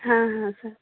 हाँ हाँ सर